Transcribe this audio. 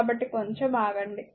కాబట్టి కొంచెం ఆగండి